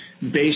based